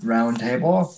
Roundtable